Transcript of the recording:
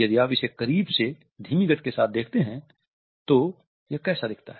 यदि आप इसे करीब से धीमी गति के साथ देखते है तो यह कैसा दिखता है